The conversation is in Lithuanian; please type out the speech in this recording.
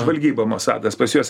žvalgyba mosadas pas juos